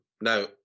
Now